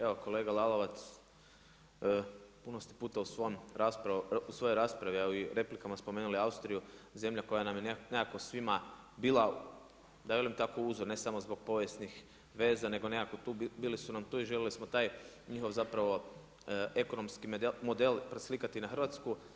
Evo kolega Lalovac, puno ste puta u svojoj raspravi a i u replikama spomenuli Austriju, zemlja koja nam je nekako svima bila da velim tako uzor, ne samo zbog povijesnih veza nego nekako bili su nam tu i željeli smo taj njihov zapravo ekonomski model preslikati na Hrvatsku.